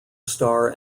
star